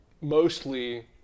mostly